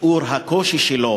ותיאור הקושי שלו,